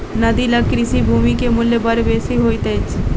नदी लग कृषि भूमि के मूल्य बड़ बेसी होइत अछि